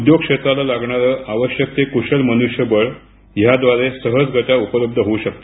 उद्योगक्षेत्राला लागणारं आवश्यक ते कुशल मनुष्यबळ याद्वारे सहजगत्या उपलब्ध होऊ शकत